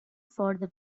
for